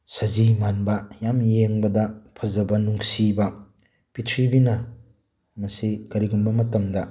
ꯁꯖꯤ ꯃꯥꯟꯕ ꯌꯥꯝ ꯌꯦꯡꯕꯗ ꯐꯖꯕ ꯅꯨꯡꯁꯤꯕ ꯄ꯭ꯔꯤꯊꯤꯕꯤꯅ ꯃꯁꯤ ꯀꯔꯤꯒꯨꯝꯕ ꯃꯇꯝꯗ